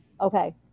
Okay